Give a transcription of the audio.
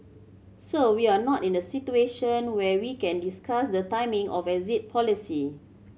so we're not in a situation where we can discuss the timing of exit policy